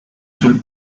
sul